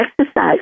exercise